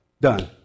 done